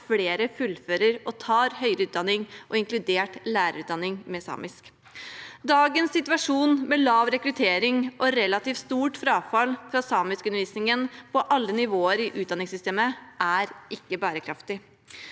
flere fullfører og tar høyere utdanning og inkludert lærerutdanning med samisk. Dagens situasjon med lav rekruttering og relativt stort frafall fra samiskundervisningen på alle nivåer i utdanningssystemet er ikke bærekraftig.